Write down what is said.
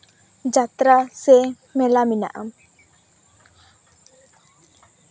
ᱡᱟᱛᱨᱟ ᱥᱮ ᱢᱮᱞᱟ ᱢᱮᱱᱟᱜᱼᱟ